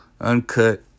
uncut